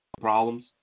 problems